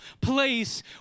place